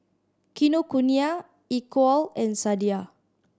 Kinokuniya Equal and Sadia